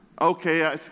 okay